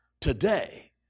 today